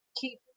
keep